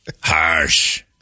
Harsh